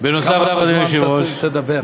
כמה זמן, בנוסף, אדוני היושב-ראש, תדבר.